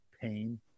pain